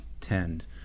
tend